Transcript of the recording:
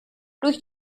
durch